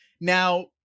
Now